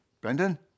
Brendan